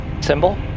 Symbol